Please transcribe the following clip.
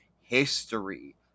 history